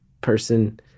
person